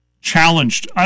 Challenged